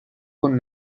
con